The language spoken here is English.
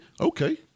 okay